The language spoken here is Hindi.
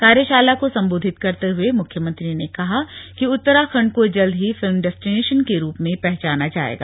कार्यशाला को संबोधित करते हए मुख्यमंत्री ने कहा कि उत्तराखण्ड को जल्द ही फिल्म डेस्टीनेशन के रूप में पहचाना जाएगा